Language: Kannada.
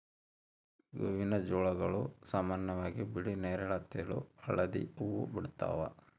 ಗೋವಿನಜೋಳಗಳು ಸಾಮಾನ್ಯವಾಗಿ ಬಿಳಿ ನೇರಳ ತೆಳು ಹಳದಿ ಹೂವು ಬಿಡ್ತವ